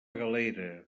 galera